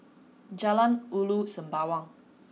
Jalan Ulu Sembawang